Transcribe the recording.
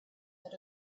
that